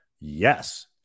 Yes